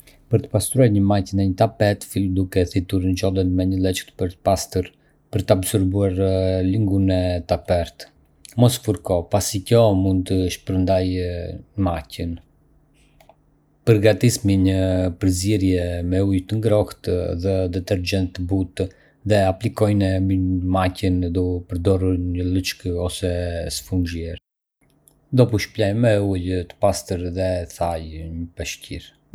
Për të pastruar një makj në një tappet, fillo duke thithur njollën me një leckë të pastër për të absorbuar lëngun e tepërt. Mos fërko, pasi kjo mund të shpërndajë njollën. Përgatisni një përzierje me ujë të ngrohtë dhe detergjent të butë dhe aplikojeni mbi njollën duke përdorur një leckë ose sfungjer dopu shpëlaj me ujë të pastër dhe thaj me një peshqir.